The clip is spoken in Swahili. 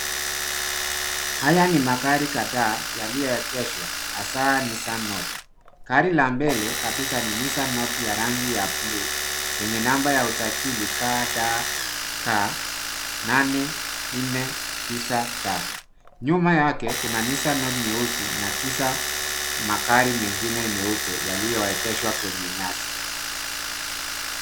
Haya ni magari kadhaa yaliyoegeshwa hasaa Nissan Note. Gari la mbele kabisa hasaa ni Nissan Note ya rangi ya buluu yenye namba ya usajili KDK 849T. Nyuma yake kuna Nissan Note nyeusi na kisha magari mengine meupe yaliyoegeshwa kwenye nyasi.